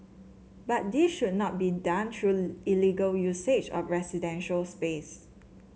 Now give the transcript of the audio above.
but this should not be done through illegal usage of residential space